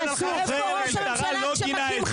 האחראי על המשטרה לא גינה את זה.